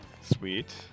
Sweet